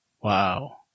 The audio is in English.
wow